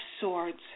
Swords